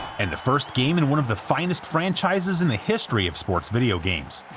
and the first game in one of the finest franchises in the history of sports video games.